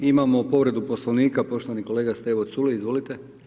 Imamo povredu Poslovnika poštovani kolega Stevo Culej, izvolite.